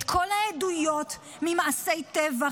את כל העדויות ממעשי טבח,